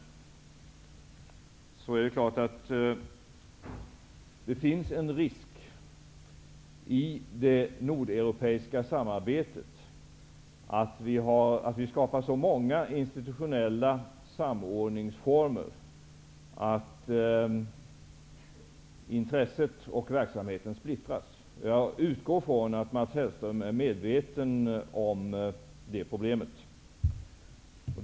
Det finns en risk i det nordeuropeiska samarbetet att det skapas så många institutionella samordningsformer att intresset och verksamheten splittras. Jag utgår från att Mats Hellström är medveten om det problemet.